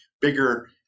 bigger